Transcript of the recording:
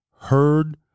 heard